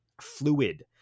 fluid